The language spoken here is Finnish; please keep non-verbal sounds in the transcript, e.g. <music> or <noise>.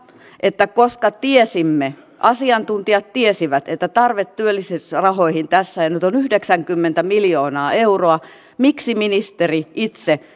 että koska tiesimme asiantuntijat tiesivät että tarve työllisyysrahoihin tässä ja nyt on yhdeksänkymmentä miljoonaa euroa niin miksi ministeri itse <unintelligible>